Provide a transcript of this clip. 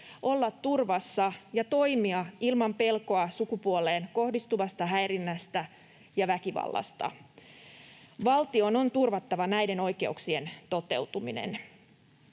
olla turvassa ja toimia ilman pelkoa sukupuoleen kohdistuvasta häirinnästä ja väkivallasta. Valtion on turvattava näiden oikeuksien toteutuminen.